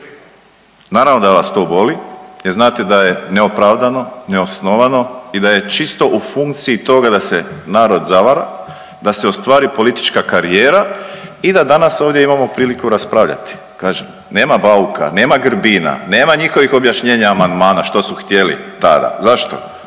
Naravno da vas to boli jer znate da je neopravdano, neosnovano i da je čisto u funkciji toga da se narod zavara, da se ostvari politička karijera i da danas ovdje imamo priliku raspravljati. Kažem nema Bauka, nema Grbina, nema njihovih objašnjenja amandmana što su htjeli tada. Zašto?